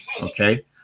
Okay